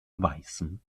weißen